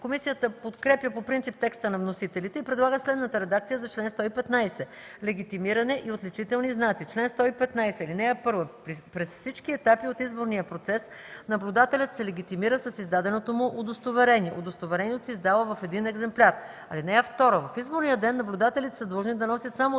Комисията подкрепя по принцип текста на вносителите и предлага следната редакция на чл. 115: „Легитимиране и отличителни знаци Чл. 115. (1) През всички етапи от изборния процес наблюдателят се легитимира с издаденото му удостоверение. Удостоверението се издава в един екземпляр. (2) В изборния ден наблюдателите са длъжни да носят само отличителни